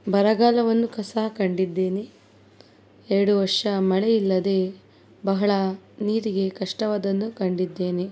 ಬರಗಾಲವನ್ನು ಕಸ ಕಂಡಿದ್ದೇನೆ ಎರಡು ವರ್ಷ ಮಳೆ ಇಲ್ಲದೆ ಬಹಳ ನೀರಿಗೆ ಕಷ್ಟವಾದನ್ನು ಕಂಡಿದ್ದೇನೆ